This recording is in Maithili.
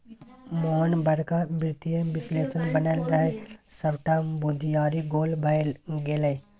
मोहन बड़का वित्तीय विश्लेषक बनय रहय सभटा बुघियारी गोल भए गेलै